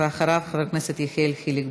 ואחריו, חבר הכנסת יחיאל חיליק